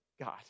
God